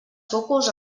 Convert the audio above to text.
focus